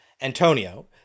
Antonio